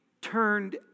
turned